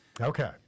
Okay